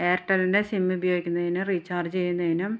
എയർടെൽൻ്റെ സിമ്മുപയോഗിക്കുന്നതിനും റീചാർജ് ചെയ്യുന്നതിനും